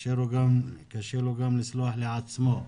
קשה לו גם לסלוח לעצמו,